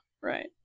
right